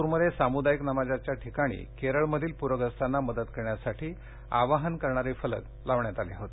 लातूरमध्ये सामुदायिक नमाजाच्या ठिकाणी केरळमधील प्रस्तांना मदत करण्यासाठी आवाहन करणारे फलक लावण्यात आले होते